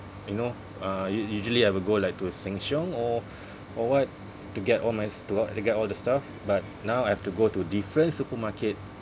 you know uh u~ usually I will go like to sheng siong or or what to get all my to get all the stuff but now I have to go to different supermarkets